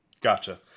Gotcha